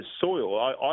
soil